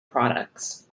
products